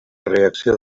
reacció